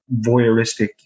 voyeuristic